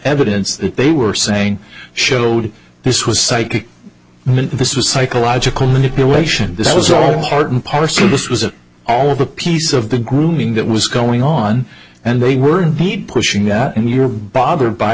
evidence that they were saying showed this was psychic and this was psychological manipulation this was all part and parcel this was all of a piece of the grooming that was going on and they were made pushing that and you're bothered by